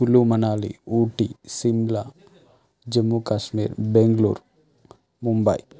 Kullu Manali Ooty Shimla Jammu Kashmir Bangalore Mumbai